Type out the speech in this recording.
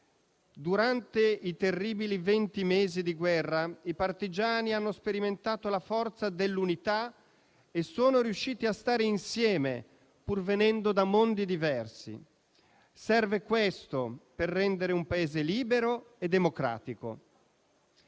Durante i terribili venti mesi di guerra, i partigiani hanno sperimentato la forza dell'unità e sono riusciti a stare insieme, pur venendo da mondi diversi. Serve questo per rendere un Paese libero e democratico.